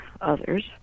others